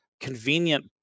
convenient